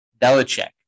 Belichick